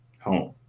home